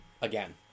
again